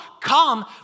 come